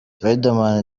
riderman